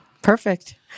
Perfect